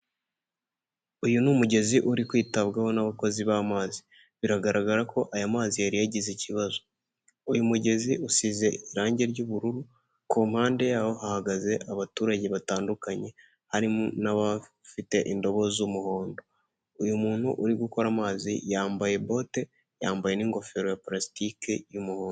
Uyu ni umugezi uri kwitabwaho n'abakozi b'amazi, biragaragara ko aya mazi yari yagize ikibazo, uyu mugezi usize irangi ry'ubururu kumpande yaho hahagaze abaturage batandukanye harimo; n'abafite indobo z'umuhondo. Uyu muntu uri gukora amazi yambaye bote, yambaye n'ingofero ya parasitike y'umuhondo.